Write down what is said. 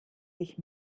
sich